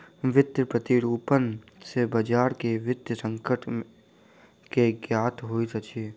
वित्तीय प्रतिरूपण सॅ बजार के वित्तीय संकट के ज्ञात होइत अछि